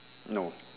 no